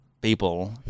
people